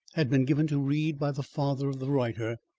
had been given to read by the father of the writer,